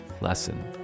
lesson